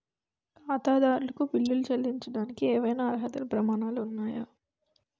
ఖాతాదారులకు బిల్లులు చెల్లించడానికి ఏవైనా అర్హత ప్రమాణాలు ఉన్నాయా?